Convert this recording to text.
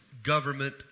Government